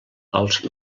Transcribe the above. els